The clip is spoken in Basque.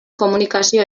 komunikazio